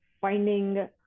finding